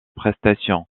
prestations